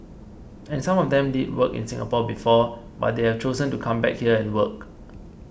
and some of them did work in Singapore before but they have chosen to come back here and work